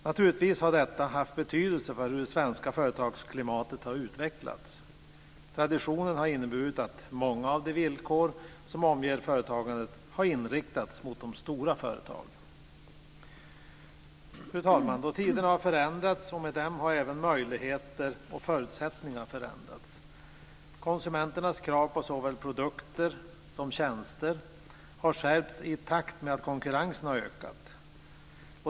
Naturligtvis har detta haft betydelse för hur det svenska företagsklimatet har utvecklats. Traditionen har inneburit att många av de villkor som omger företagandet har inriktats mot de stora företagen. Fru talman! Tiderna har förändrats, och med dem har även möjligheter och förutsättningar förändrats. Konsumenternas krav på såväl produkter som tjänster har skärpts i takt med att konkurrensen har ökat.